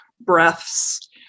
breaths